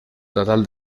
total